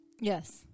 Yes